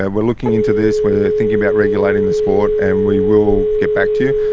and we're looking into this. we're thinking about regulating the sport and we will get back to you.